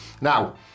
Now